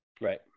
Right